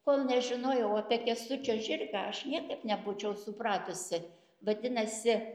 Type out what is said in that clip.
kol nežinojau apie kęstučio žirgą aš niekaip nebūčiau supratusi vadinasi